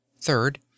third